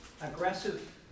aggressive